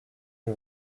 est